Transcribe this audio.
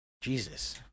Jesus